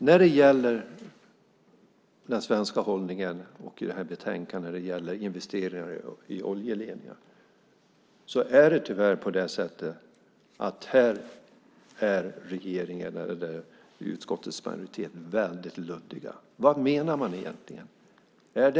När det gäller den svenska hållningen och, i det här betänkandet, investeringar i oljeledningar är tyvärr utskottets majoritet väldigt luddig. Vad menar man egentligen?